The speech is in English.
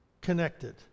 connected